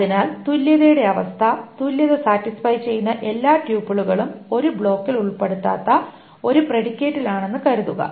അതിനാൽ തുല്യതയുടെ അവസ്ഥ തുല്യത സാറ്റിസ്ഫൈ ചെയ്യുന്ന എല്ലാ ട്യൂപ്പുകളും ഒരു ബ്ലോക്കിൽ ഉൾപ്പെടാത്ത ഒരു പ്രെഡിക്കേറ്റിൽ ആണെന്ന് കരുതുക